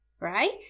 Right